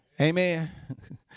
Amen